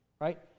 right